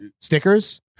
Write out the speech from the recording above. stickers